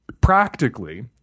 practically